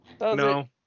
No